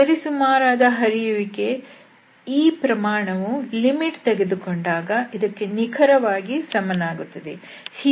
ಸರಿ ಸುಮಾರಾದ ಹರಿಯುವಿಕೆ ಈ ಪ್ರಮಾಣವು ಲಿಮಿಟ್ ತೆಗೆದುಕೊಂಡಾಗ ಇದಕ್ಕೆ ನಿಖರವಾಗಿ ಸಮನಾಗುತ್ತದೆ